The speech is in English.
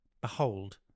Behold